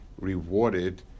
rewarded